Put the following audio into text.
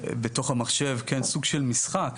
בתוך המחשב, סוג של משחק,